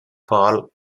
paul